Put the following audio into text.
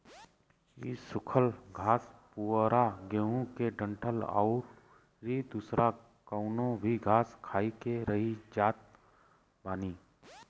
इ सुखल घास पुअरा गेंहू के डंठल अउरी दुसर कवनो भी घास खाई के रही जात बानी